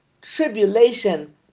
tribulation